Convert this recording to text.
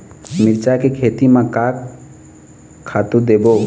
मिरचा के खेती म का खातू देबो?